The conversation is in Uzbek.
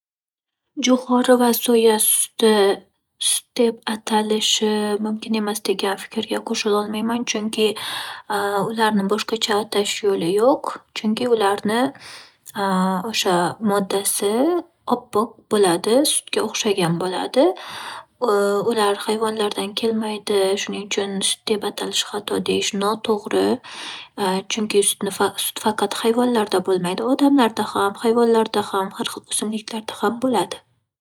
Jo'xori va soya suti deb atalishi mumkin emas degan fikrga qo'shila olmayman. Chunki ularni boshqacha atash yo'li yo'q. Chunki ularni o'sha moddasi oppoq bo'ladi. Ular hayvonlardan kelmaydi, shuning uchun sut deb atalishi noto'g'ri. Chunki sut faqat hayvonlarda bo'lmaydi, odamlarda ham, hayvonlarda ham, har xil o'simliklarda ham bo'ladi.